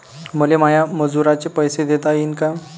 मले माया मजुराचे पैसे देता येईन का?